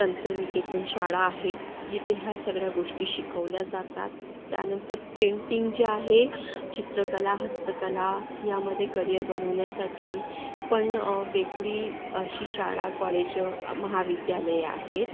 तंत्रनिकेतन शाळा आहेत जिथे ह्या सगळ्या गोष्टी शिकवल्या जातात त्यानंतर पेंटिंग जे आहे चित्रकला हस्तकला यामध्ये करियर बनवण्यासाठी पण वेगळी अशी शाळा कॉलेजं महाविद्यालये आहेत